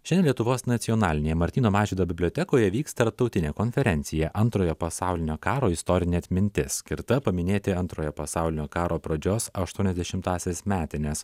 šiandien lietuvos nacionalinėje martyno mažvydo bibliotekoje vyks tarptautinė konferencija antrojo pasaulinio karo istorinė atmintis skirta paminėti antrojo pasaulinio karo pradžios aštuoniasdešimtąsias metines